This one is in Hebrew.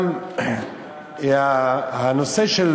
גם הנושא של